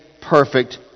perfect